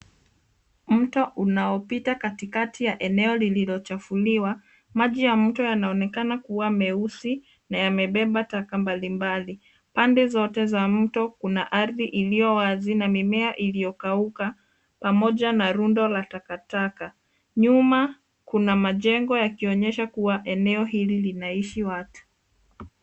Mto unaopita katikati ya eneo lililochafuliwa. Maji ya mto yanaonekana kuwa meusi na yamebeba taka mbalimbali. Pande zote za mto, kuna ardhi iliyo wazi na mimea iliyokauka pamoja na rundo la takataka. Nyuma kuna majengo yakionyesha kuwa eneo hili linaishi watu.